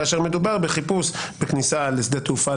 כאשר מדובר בחיפוש בכניסה לשדה תעופה,